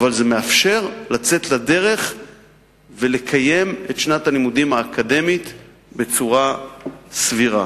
אבל זה מאפשר לצאת לדרך ולקיים את שנת הלימודים האקדמית בצורה סבירה.